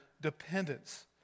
dependence